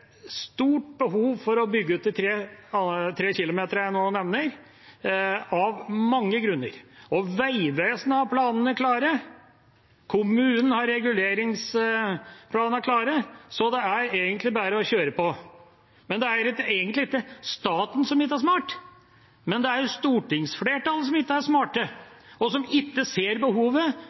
stort behov for å bygge ut de 3 km jeg nå nevner, av mange grunner. Vegvesenet har planene klare, kommunen har reguleringsplanene klare, så det er egentlig bare å kjøre på. Men det er egentlig ikke staten som ikke er smart. Det er stortingsflertallet som ikke er smart, som ikke ser behovet